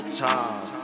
time